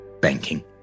Banking